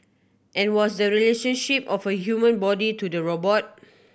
and what's the relationship of the human body to the robot